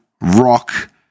rock